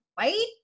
right